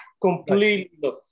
Completely